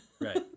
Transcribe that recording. Right